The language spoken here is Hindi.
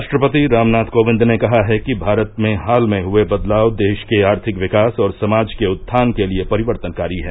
राष्ट्रपति रामनाथ कोविन्द ने कहा है कि भारत में हाल में हुए बदलाव देश के आर्थिक विकास और समाज के उत्थान के लिए परिवर्तनकारी हैं